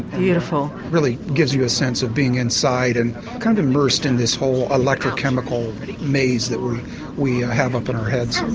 beautiful. it really gives you a sense of being inside and kind of immersed in this whole electrochemical maze that we have up in our heads.